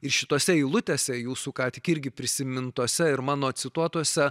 ir šitose eilutėse jūsų ką tik irgi prisimintos ir mano cituotose